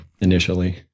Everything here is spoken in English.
initially